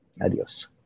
Adios